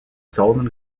solomon